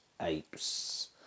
apes